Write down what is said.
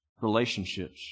Relationships